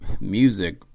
music